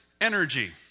energy